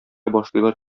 башлыйлар